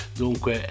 dunque